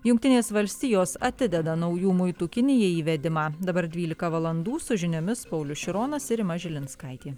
jungtinės valstijos atideda naujų muitų kinijai įvedimą dabar dvylika valandų su žiniomis paulius šironas ir rima žilinskaitė